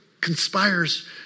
conspires